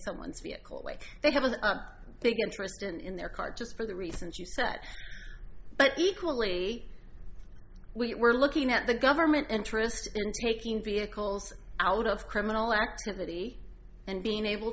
someone's vehicle weight they have a big interest in their car just for the reasons you said but equally we were looking at the government interest taking vehicles out of criminal activity and being able